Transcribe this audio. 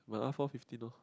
mine R-four fifteen loh